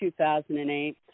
2008